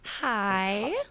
Hi